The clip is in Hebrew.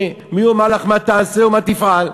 "מי יאמר לך מה תעשה ומה תפעל".